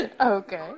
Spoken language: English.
Okay